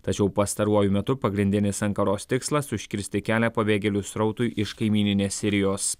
tačiau pastaruoju metu pagrindinis ankaros tikslas užkirsti kelią pabėgėlių srautui iš kaimyninės sirijos